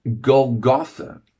Golgotha